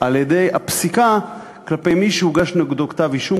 על-ידי הפסיקה כלפי מי שהוגש נגדו כתב-אישום.